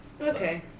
okay